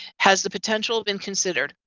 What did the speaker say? has the potential been considered.